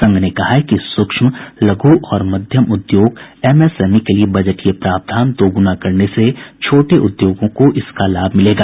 संघ ने कहा है कि सूक्ष्म लघु और मध्यम उद्योग एमएसएमई के लिये बजटीय प्रावधान दोगुना करने से छोटे उद्योगों को इसका लाभ मिलेगा